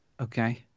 Okay